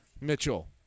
Mitchell